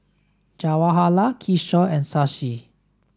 Jawaharlal Kishore and Shashi